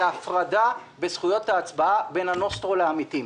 הפרדה בזכויות ההצבעה בין הנוסטרו לעמיתים